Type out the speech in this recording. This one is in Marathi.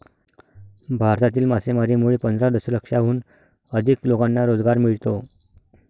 भारतातील मासेमारीमुळे पंधरा दशलक्षाहून अधिक लोकांना रोजगार मिळतो